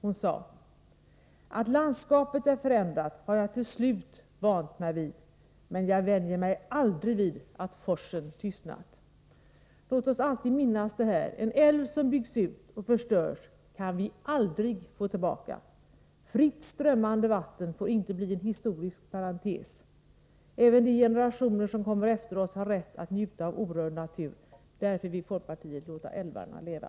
Hon sade: Att landskapet är förändrat har jag till slut vant mig vid, men jag vänjer mig aldrig vid att forsen tystnat. Låt oss alltid minnas: En älv som byggs ut och förstörs kan vi aldrig få tillbaka. Fritt strömmande vatten får inte bli en historisk parentes. Även de generationer som kommer efter oss har rätt att njuta av orörd natur. Därför vill folkpartiet låta älvarna leva.